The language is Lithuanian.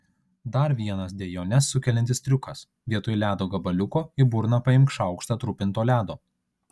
dar vienas dejones sukeliantis triukas vietoj ledo gabaliuko į burną paimk šaukštą trupinto ledo